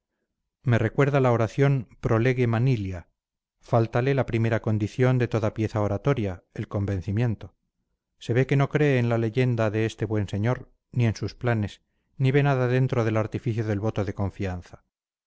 me recuerda la oración pro lege manilia fáltale la primera condición de toda pieza oratoria el convencimiento se ve que no cree en la leyenda de este buen señor ni en sus planes ni ve nada dentro del artificio del voto de confianza